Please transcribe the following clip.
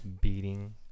beating